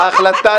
הצבעה